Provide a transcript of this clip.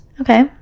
okay